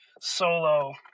solo